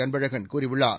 அன்பழகன் கூறியுள்ளார்